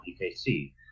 PKC